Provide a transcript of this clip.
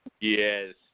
Yes